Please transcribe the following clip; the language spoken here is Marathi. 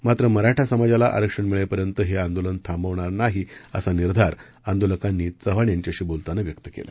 मात्र मराठा समाजाला आरक्षण मिळेपर्यंत हे आंदोलन थांबवणार नाही असा निर्धार आंदोलकांनी चव्हाण यांच्याशी बोलताना व्यक्त केला